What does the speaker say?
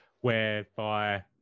whereby